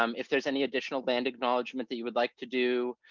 um if there's any additional land acknowledgement that you would like to do,